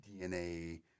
DNA